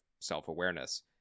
self-awareness